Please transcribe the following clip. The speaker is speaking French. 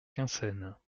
quinssaines